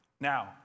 Now